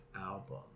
album